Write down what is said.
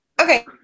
Okay